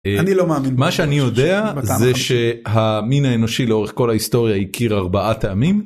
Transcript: אני לא מאמין מה שאני יודע זה שהמין האנושי לאורך כל ההיסטוריה הכירה ארבעה טעמים.